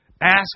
Ask